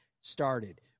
started